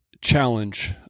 challenge